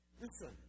Listen